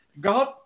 God